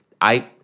I-